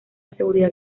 seguridad